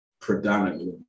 predominantly